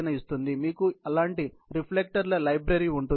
మీకు అలాంటి రిఫ్లెక్టర్ల లైబ్రరీ ఉంటుంది